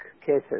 cases